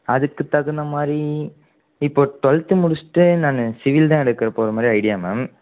அதுக்குத் தகுந்த மாதிரி இப்போ டூவெல்த்து முடிச்சுட்டு நான் சிவில் தான் எடுக்கப் போகிற மாதிரி ஐடியா மேம்